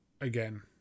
again